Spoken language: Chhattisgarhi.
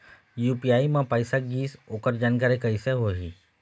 यू.पी.आई म पैसा गिस ओकर जानकारी कइसे होही?